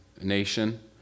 Nation